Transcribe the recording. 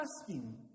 asking